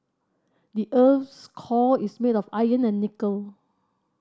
the earth's core is made of iron and nickel